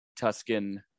Tuscan